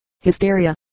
hysteria